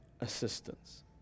assistance